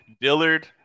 Dillard